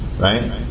Right